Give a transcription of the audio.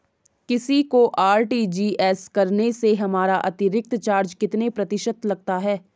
किसी को आर.टी.जी.एस करने से हमारा अतिरिक्त चार्ज कितने प्रतिशत लगता है?